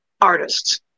artists